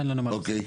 אין לנו מה להוסיף.